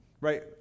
right